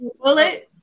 bullet